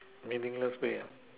meaningless way ah